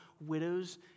widows